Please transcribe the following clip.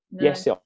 Yes